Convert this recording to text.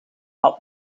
had